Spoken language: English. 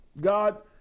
God